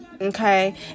okay